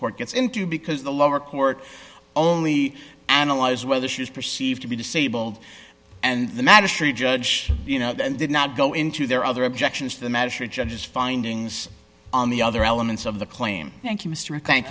court gets into because the lower court only analyze whether she is perceived to be disabled and the magistrate judge you know that did not go into there other objections to the measure judge's findings on the other elements of the claim thank